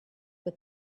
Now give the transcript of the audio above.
what